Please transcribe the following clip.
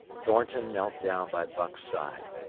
thornton knelt down by buck's side.